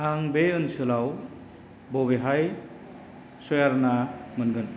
आं बे ओनसोलाव बबेहाय सयारना मोनगोन